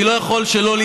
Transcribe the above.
אני לא יכול שלא,